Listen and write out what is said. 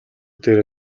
дээрээ